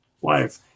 wife